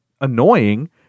annoying